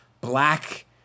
black